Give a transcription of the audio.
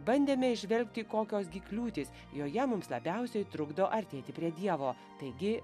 bandėme įžvelgti kokios gi kliūtys joje mums labiausiai trukdo artėti prie dievo taigi